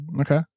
Okay